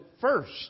first